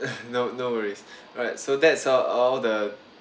no no worries right so that's all all the